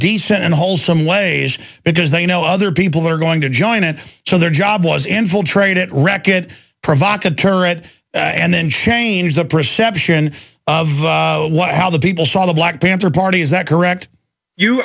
decent and whole some ways because they know other people are going to join and so their job was infiltrate at reckitt provocateurs head and then change the perception of what how the people saw the black panther party is that correct you